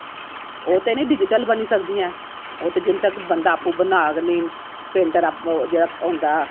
ओह् ते नेईं डिजिटल बनी सकदियां ऐं ओह् ते बंदा जिन्ने तक आपूं बनाग निं पेंटर जेह्ड़ा होंदा